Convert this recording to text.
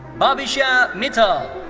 bhavyishya mittal.